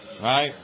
right